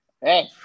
Hey